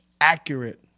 accurate